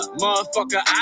motherfucker